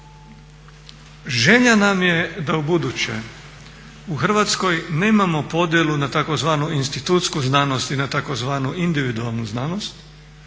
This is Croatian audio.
Želja nam je da ubuduće u Hrvatskoj nemamo podjelu na tzv. institutsku znanost i na tzv. individualnu znanosti